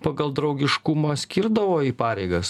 pagal draugiškumą skirdavo į pareigas